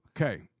Okay